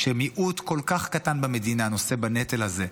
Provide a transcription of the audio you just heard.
כשמיעוט כל כך קטן במדינה נושא בנטל הזה,